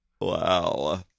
Wow